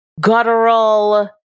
guttural